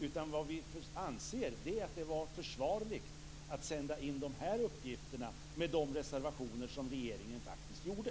Vad vi anser är att det var försvarligt att sända in de här uppgifterna med de reservationer som regeringen gjorde.